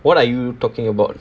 what are you talking about